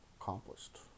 accomplished